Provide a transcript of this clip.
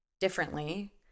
differently